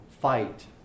fight